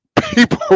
people